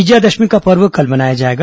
विजयादशमी का पर्व कल मनाया जाएगा